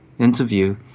Interview